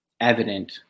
evident